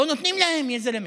לא נותנים להם, יא זלמה.